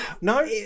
no